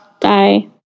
bye